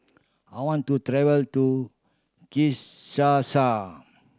I want to travel to Kinshasa